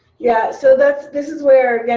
yeah. so that's this is where, again,